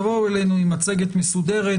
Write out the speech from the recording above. תבואו אלינו עם מצגת מסודרת,